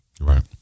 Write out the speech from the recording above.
Right